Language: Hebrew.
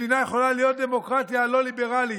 מדינה יכולה להיות דמוקרטיה לא ליברלית.